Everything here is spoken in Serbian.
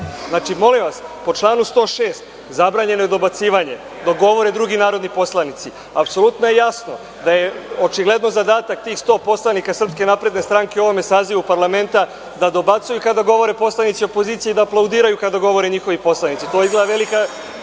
Znači, molim vas, po članu 106. zabranjeno je dobacivanje dok govore drugi narodni poslanici. Apsolutno je jasno da je zadatak tih 100 poslanika SNS, u ovom sazivu parlamenta, da dobacuju kada govore poslanici opozicije i da aplaudiraju kada govore njihovi poslanici. To je zadatak